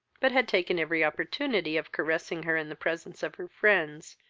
but had taken every opportunity of caressing her in the presence of her friends,